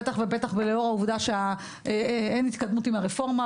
בטח ובטח ולאור העובדה שאין התקדמות עם הרפורמה.